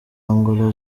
angola